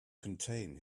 contain